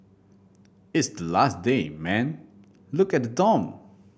it's the last day man look at the dorm